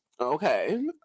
okay